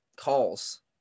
calls